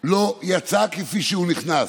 לא יצא כפי שהוא נכנס.